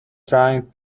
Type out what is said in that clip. trying